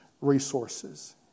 resources